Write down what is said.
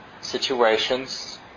situations